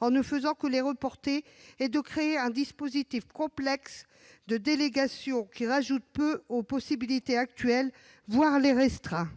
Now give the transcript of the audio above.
en se contentant de les reporter et de créer un dispositif complexe de délégation qui ajoute peu aux possibilités actuelles, voire les restreint.